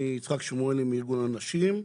אני יצחק שמואלי מארגון אנשים.